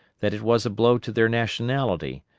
that it was a blow to their nationality,